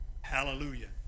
Hallelujah